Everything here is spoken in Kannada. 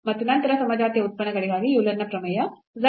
ಮತ್ತು ನಂತರ ಸಮಜಾತೀಯ ಉತ್ಪನ್ನಗಳಿಗಾಗಿ ಯೂಲರ್ನ ಪ್ರಮೇಯ